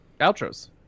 outros